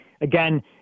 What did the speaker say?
Again